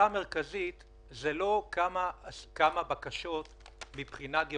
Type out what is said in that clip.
אני מבקש לבדוק אפשרות להלוואות חוץ בנקאיות בערבות מדינה,